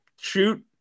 shoot